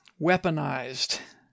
weaponized